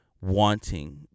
wanting